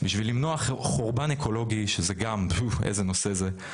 בשביל למנוע חורבן אקולוגי, שזה גם, איזה נושא זה.